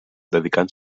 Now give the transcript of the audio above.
dedicant